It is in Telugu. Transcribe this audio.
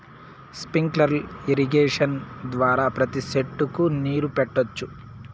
స్ప్రింక్లర్ ఇరిగేషన్ ద్వారా ప్రతి సెట్టుకు నీరు పెట్టొచ్చు